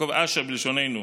יעקב אשר בלשוננו,